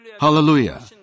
Hallelujah